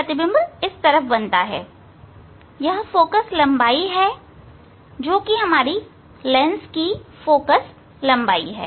प्रतिबिंब इस तरफ बनता है यह फोकल लंबाई दूरी है जो कि लेंस की फोकल लंबाई है